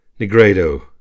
Negredo